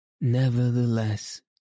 Nevertheless